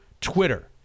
Twitter